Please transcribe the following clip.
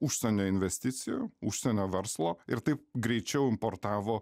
užsienio investicijų užsienio verslo ir taip greičiau importavo